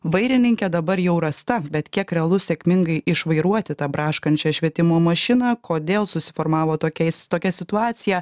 vairininkė dabar jau rasta bet kiek realu sėkmingai išvairuoti tą braškančią švietimo mašiną kodėl susiformavo tokiais tokia situacija